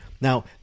Now